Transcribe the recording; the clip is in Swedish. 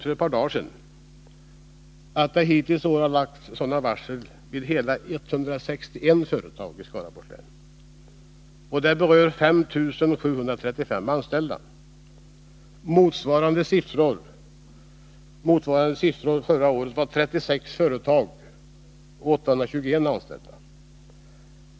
För ett par dagar sedan redovisade länsarbetsnämnden att det hittills i år lagts varsel vid hela 161 företag i Skaraborgs län — varsel som berör 5 735 anställda. Motsvarande siffror förra året var 36 företag och 821 anställda.